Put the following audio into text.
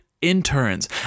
interns